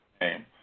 name